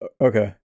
Okay